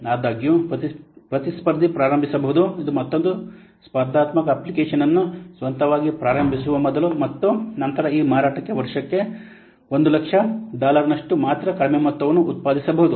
ಆದಾಗ್ಯೂ ಪ್ರತಿಸ್ಪರ್ಧಿ ಪ್ರಾರಂಭಿಸಬಹುದು ಇದು ಮತ್ತೊಂದು ಸ್ಪರ್ಧಾತ್ಮಕ ಅಪ್ಲಿಕೇಶನ್ ಅನ್ನು ಸ್ವಂತವಾಗಿ ಪ್ರಾರಂಭಿಸುವ ಮೊದಲು ಮತ್ತು ನಂತರ ಈ ಮಾರಾಟವು ವರ್ಷಕ್ಕೆ 100000 ಡಾಲರ್ನಷ್ಟು ಮಾತ್ರ ಕಡಿಮೆ ಮೊತ್ತವನ್ನು ಉತ್ಪಾದಿಸಬಹುದು